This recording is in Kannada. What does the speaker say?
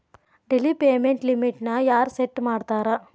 ಡೆಲಿ ಪೇಮೆಂಟ್ ಲಿಮಿಟ್ನ ಯಾರ್ ಸೆಟ್ ಮಾಡ್ತಾರಾ